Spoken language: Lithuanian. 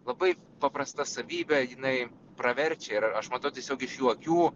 labai paprasta savybė jinai praverčia ir aš matau tiesiog iš jų akių